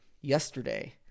yesterday